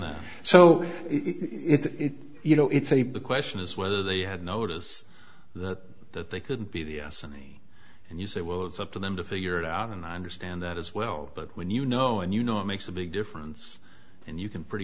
the so it's you know it's a big question is whether they had notice that that they could be the s n e and you say well it's up to them to figure it out and i understand that as well but when you know and you know it makes a big difference and you can pretty